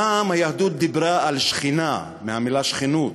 פעם היהדות דיברה על שכינה מהמילה "שכנות",